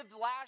last